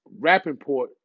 Rappinport